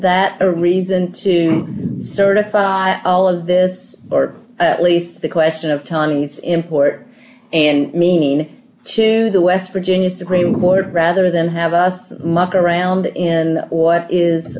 that a reason to certify all of this or at least the question of tani's import and meaning to the west virginia supreme court rather than have us muck around in what is